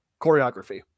choreography